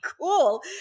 cool